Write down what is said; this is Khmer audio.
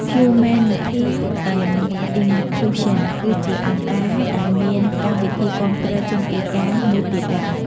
ហ្យូមេននីធី អេន អុីន ឃ្លូសសិន Humanity & Inclusion ក៏ជាអង្គការដែលមានកម្មវិធីគាំទ្រជនពិការមួយទៀតដែរ។